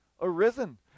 arisen